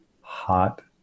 hot